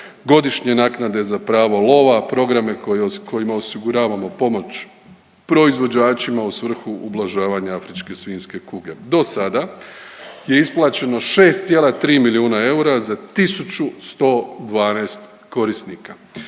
godišnje naknade za pravo lova, programe kojima osiguravamo pomoć proizvođačima u svrhu ublažavanja afričke svinjske kuge. Do sada je isplaćeno 6,3 milijuna eura za 112 korisnika.